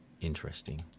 interesting